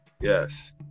yes